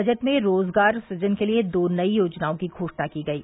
budget में रोजगार सुजन के लिए दो नई योजनाओं की घोषणा की गयी